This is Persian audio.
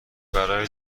برای